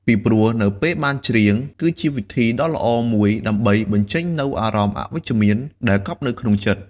ពីព្រោះ នៅពេលបានច្រៀង គឺជាវិធីដ៏ល្អមួយដើម្បី បញ្ចេញនូវអារម្មណ៍អវិជ្ជមាន ដែលកប់នៅក្នុងចិត្ត។